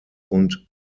und